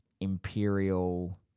imperial